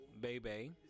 Baby